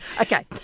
okay